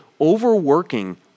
overworking